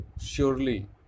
surely